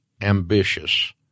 ambitious